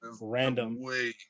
random